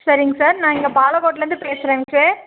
சரிங்க சார் நான் இங்கே பாலக்கோட்டுலேந்து பேசுகிறேங்க சார்